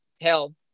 hell